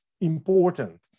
important